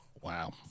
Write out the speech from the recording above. Wow